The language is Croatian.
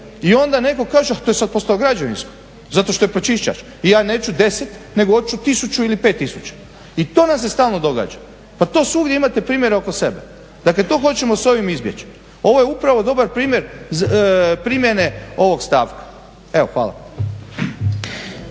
i onda neko kaže ah to je sada postalo građevinsko, zato što je pročiščać i ja neću deset nego hoću tisuću ili pet tisuća. I to nam se stalno događa, pa to svugdje imate primjera oko sebe. Dakle, to hoćemo s ovim izbjeći. Ovo je upravo dobar primjer primjene ovog stavka. Evo hvala.